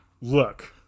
Look